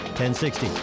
1060